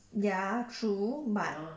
ya true but